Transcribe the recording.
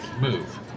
move